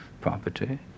property